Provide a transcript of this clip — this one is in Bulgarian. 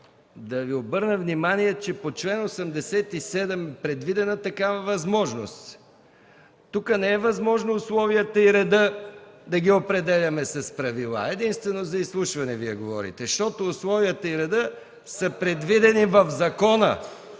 да Ви обърна внимание, че по чл. 87 е предвидена такава възможност. Тук не е възможно условията и реда да ги определяме с правила, Вие говорите единствено за изслушване, защото условията и редът са предвидени в закона.